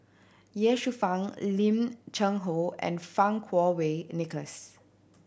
Ye Shufang Lim Cheng Hoe and Fang Kuo Wei Nicholas